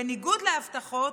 בניגוד להבטחות,